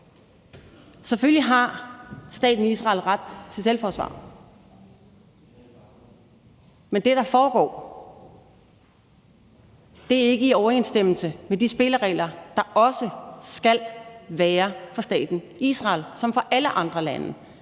Selvfølgelig har staten Israel ret til selvforsvar, men det, der foregår, er ikke i overensstemmelse med de spilleregler, der skal være for staten Israel såvel som for alle andre lande.